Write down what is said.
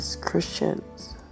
Christians